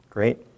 Great